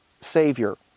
Savior